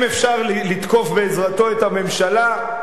אם אפשר לתקוף בעזרתו את הממשלה,